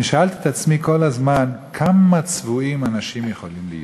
אני שאלתי את עצמי כמה צבועים אנשים יכולים להיות.